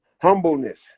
humbleness